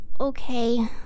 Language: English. okay